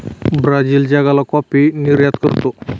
Brazil जागेला coffee निर्यात करतो